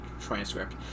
transcript